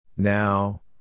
Now